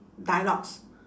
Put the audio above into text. dialogues